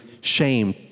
shame